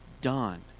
done